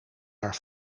haar